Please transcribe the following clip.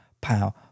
Power